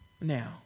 now